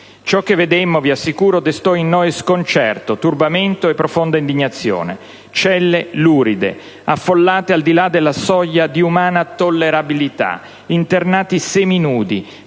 Ciò che vedemmo - vi assicuro - destò in noi sconcerto, turbamento e profonda indignazione: celle luride, affollate al di là della soglia di umana tollerabilità; internati seminudi